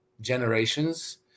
Generations